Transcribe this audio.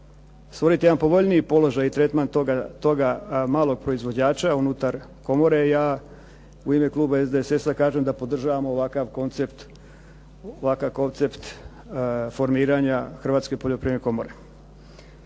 stvoriti jedan povoljniji položaj i tretman toga malog proizvođača unutar komore ja u ime kluba SDSS-a kažem da podržavamo ovakav koncept formiranja Hrvatske poljoprivredne komore.